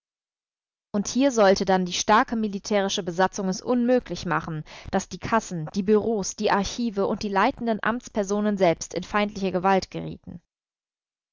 und hier sollte dann die starke militärische besatzung es unmöglich machen daß die kassen die büros die archive und die leitenden amtspersonen selbst in feindliche gewalt gerieten